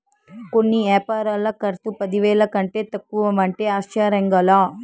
కొన్ని యాపారాల కర్సు పదివేల కంటే తక్కువంటే ఆశ్చర్యంగా లా